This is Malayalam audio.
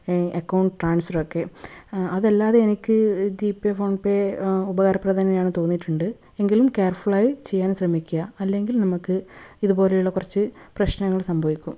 അക്കൌണ്ട് ട്രാൻഫർ ഒക്കെ അതല്ലാതെ എനിക്ക് ജിപേ ഫോൺപേ ഉപകാരപ്രദം തന്നെയാണെന്ന് തോന്നിയിട്ടുണ്ട് എങ്കിലും കെയർഫുൾ ആയി ചെയ്യാൻ ശ്രമിക്കുക അല്ലെങ്കിൽ നമുക്ക് ഇതുപോലെയുള്ള കുറച്ച് പ്രശ്നങ്ങൾ സംഭവിക്കും